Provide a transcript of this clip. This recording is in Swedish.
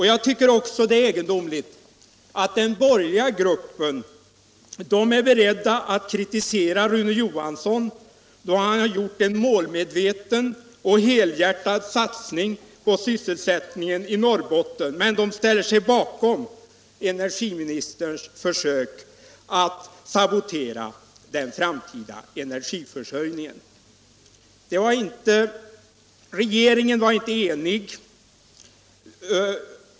Jag tycker också det är egendomligt att den borgerliga gruppen är beredd att kritisera Rune Johansson då han gjort en målmedveten och helhjärtad satsning på sysselsättningen i Norrbotten men ställer sig bakom energiministerns försök att sabotera den framtida energiförsörjningen.